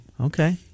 Okay